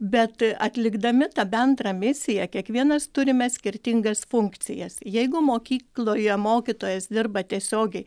bet atlikdami tą bendrą misiją kiekvienas turime skirtingas funkcijas jeigu mokykloje mokytojas dirba tiesiogiai